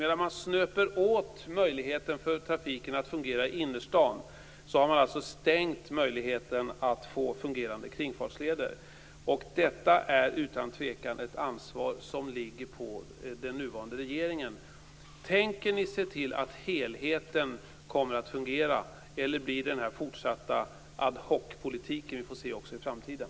Medan man snöper åt möjligheten för trafiken att fungera i innerstaden, har man stängt möjligheten för fungerande kringfartsleder. Detta är utan tvivel ett ansvar som ligger på den nuvarande regeringen. Tänker ni se till att helheten kommer att fungera? Eller kommer vi att fortsätta att se en ad hoc-politik i framtiden?